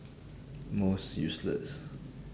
most useless